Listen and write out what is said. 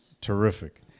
Terrific